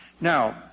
Now